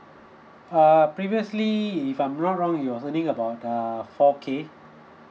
uh previously if I'm not wrong he was earning about err four K